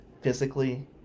physically